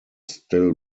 still